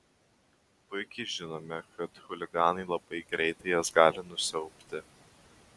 puikiai žinome kad chuliganai labai greitai jas gali nusiaubti